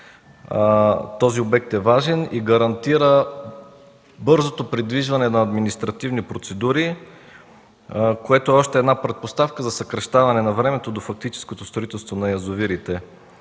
че той е важен и гарантира бързото придвижване на административни процедури, което е още една предпоставка за съкращаване на времето до фактическото строителство на язовирите.